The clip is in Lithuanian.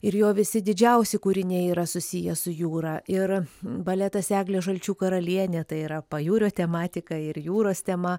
ir jo visi didžiausi kūriniai yra susiję su jūra ir baletas eglė žalčių karalienė tai yra pajūrio tematika ir jūros tema